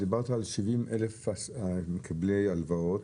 דיברתם על 70,000 מקבלי הלוואות,